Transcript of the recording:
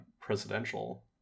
presidential